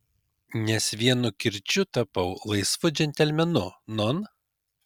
nes vienu kirčiu tapau laisvu džentelmenu non